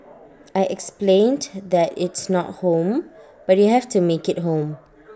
I explained that it's not home but you have to make IT home